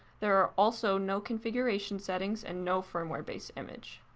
there are also no configuration settings and no firmware base image.